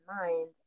mind